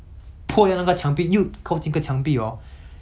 哪里可以他们不了解 like